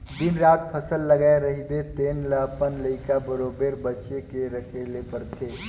दिन रात फसल लगाए रहिबे तेन ल अपन लइका बरोबेर बचे के रखे ले परथे